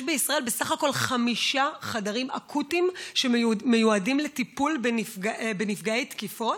יש בישראל בסך הכול חמישה חדרים אקוטיים שמיועדים לטיפול בנפגעי תקיפות,